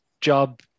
job